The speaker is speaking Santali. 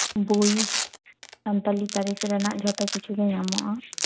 ᱵᱳᱭ ᱥᱟᱱᱛᱟᱲᱤ ᱯᱟᱹᱨᱤᱥ ᱨᱮᱱᱟᱜ ᱡᱷᱚᱛᱚ ᱠᱤᱪᱷᱩ ᱜᱮ ᱧᱟᱢᱚᱜᱼᱟ